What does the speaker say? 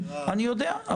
יש עתירה --- אני יודע,